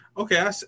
Okay